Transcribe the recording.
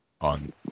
on